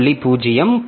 0